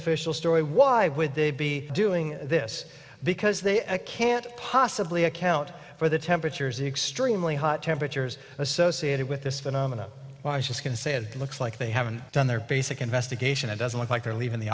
official story why would they be doing this because they can't possibly account for the temperatures extremely hot temperatures associated with this phenomenon why she can say it looks like they haven't done their basic investigation it doesn't look like they're leaving the